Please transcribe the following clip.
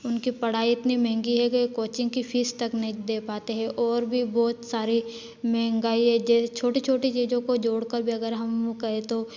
उनकी पढ़ाई इतनी मेहँगी है कि कोचिंग की फीस तक नहीं दे पाते हैं और भी बहुत सारे महँगाई है जे छोटी छोटी चीजों को जोड़कर भी अगर हम कहें तो